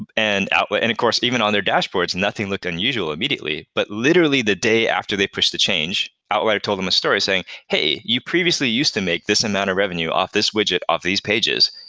and and and of course, even on their dashboards, nothing looked unusual immediately, but literally the day after they pushed the change, outlier told them a story saying, hey, you previously used to make this amount of revenue off this widget off these pages,